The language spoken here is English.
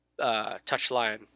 touchline